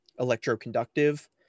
electroconductive